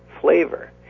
flavor